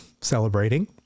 celebrating